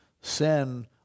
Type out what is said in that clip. sin